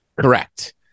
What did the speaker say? Correct